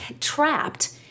trapped